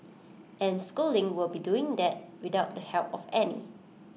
and schooling will be doing that without the help of any